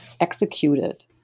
executed